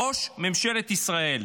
ראש ממשלת ישראל.